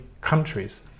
countries